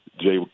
Jay